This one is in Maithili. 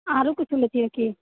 आरो किछु लए कऽ है की